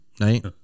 right